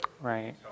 Right